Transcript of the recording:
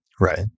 Right